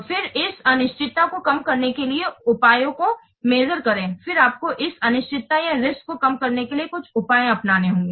फिर इस अनिचिचित्ता को कम करने के लिए उपायों को मैजर करें फिर आपको इस अनिश्चितता या रिस्क को कम करने के लिए कुछ उपाय अपनाने होंगे